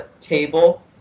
table